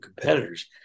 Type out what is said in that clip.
competitors